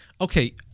Okay